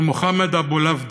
ממוחמד אבו לבדה,